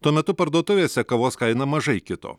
tuo metu parduotuvėse kavos kaina mažai kito